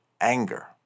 anger